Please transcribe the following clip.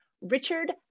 Richard